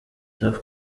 tuff